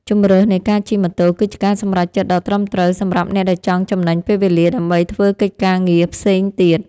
ជម្រើសនៃការជិះម៉ូតូគឺជាការសម្រេចចិត្តដ៏ត្រឹមត្រូវសម្រាប់អ្នកដែលចង់ចំណេញពេលវេលាដើម្បីធ្វើកិច្ចការងារផ្សេងទៀត។